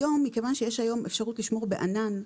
מכיוון שיש היום אפשרות לשמור בענן,